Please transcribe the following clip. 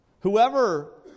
Whoever